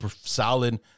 solid